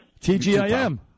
TGIM